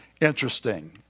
interesting